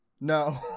No